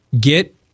get